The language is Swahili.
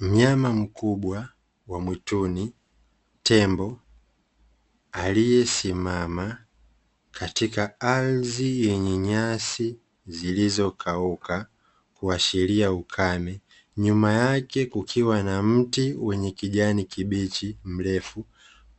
Mnyama mkubwa wa mwituni, tembo aliyesimama katika ardhi yenye nyasi zilizokauka kuashiria ukame. Nyuma yake kukiwa na mti wenye kijani kibichi mrefu,